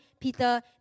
Peter